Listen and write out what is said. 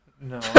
No